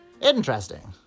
Interesting